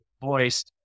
voice